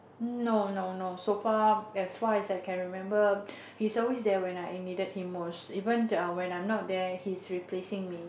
no no no so far as far as I can remember he's always there when I needed him most even the when I'm not there he is replacing me